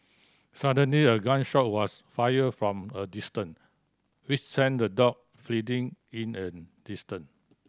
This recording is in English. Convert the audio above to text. suddenly a gun shot was fire from a distance which sent the dog fleeing in an distant